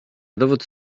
dowód